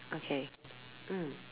okay mm